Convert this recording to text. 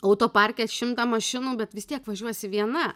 autoparke šimtą mašinų bet vis tiek važiuosi viena